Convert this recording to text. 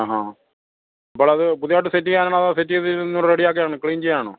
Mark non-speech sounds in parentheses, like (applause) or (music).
ആ ഹാ അപ്പോഴത് പുതിയതായിട്ട് സെറ്റ് ചെയ്യാനണോ അതോ സെറ്റ് ചെയ്ത് (unintelligible) റെഡിയാക്കിയത് ആണ് ക്ലീൻ ചെയ്യാനാണോ